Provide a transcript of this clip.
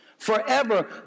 forever